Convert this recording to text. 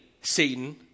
Satan